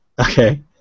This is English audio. Okay